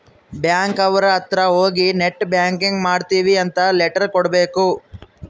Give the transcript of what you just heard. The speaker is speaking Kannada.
ಬ್ಯಾಂಕ್ ಅವ್ರ ಅತ್ರ ಹೋಗಿ ನೆಟ್ ಬ್ಯಾಂಕಿಂಗ್ ಮಾಡ್ತೀವಿ ಅಂತ ಲೆಟರ್ ಕೊಡ್ಬೇಕು